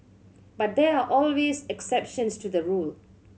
but there are always exceptions to the rule